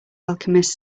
alchemist